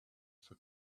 for